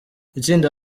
itsinda